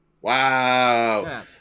wow